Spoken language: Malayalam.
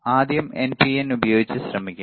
ആദ്യം എൻപിഎൻ ഉപയോഗിച്ച് ശ്രമിക്കാം